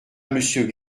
monsieur